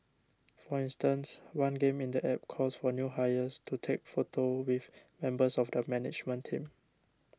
for instances one game in the App calls for new hires to take photos with members of the management team